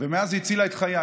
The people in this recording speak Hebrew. ומאז היא הצילה את חיי.